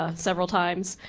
ah several times.